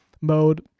mode